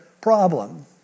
problem